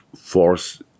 force